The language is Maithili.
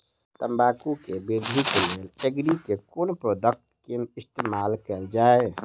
तम्बाकू केँ वृद्धि केँ लेल एग्री केँ के प्रोडक्ट केँ इस्तेमाल कैल जाय?